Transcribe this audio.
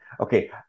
Okay